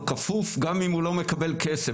הוא כפוף גם אם הוא מקבל כסף,